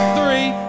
three